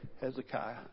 Hezekiah